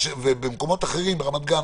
ובמקומות אחרים ברמת גן,